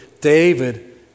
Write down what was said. David